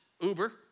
Uber